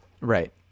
Right